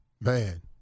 man